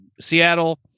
Seattle